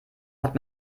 hat